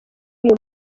uyu